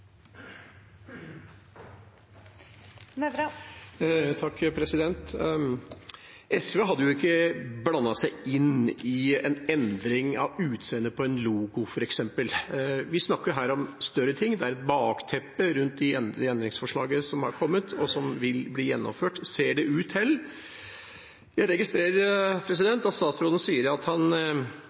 SV hadde ikke blandet seg inn i en endring av utseendet på en logo f.eks. Vi snakker her om større ting. Det er et bakteppe rundt det endringsforslaget som er kommet – og som vil bli gjennomført, ser det ut til. Jeg registrerer at statsråden sier at han